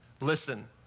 Listen